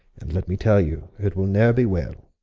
and let me tell you, it will ne're be well,